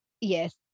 yes